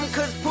Cause